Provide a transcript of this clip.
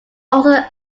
also